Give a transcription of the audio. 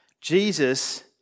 Jesus